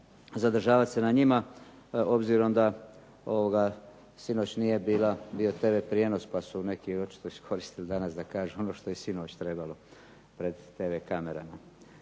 zadržavati se na njima, obzirom da sinoć nije bio tv prijenos pa su neki očito iskoristili danas da kažu ono što je sinoć trebalo pred tv kamerama.